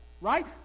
right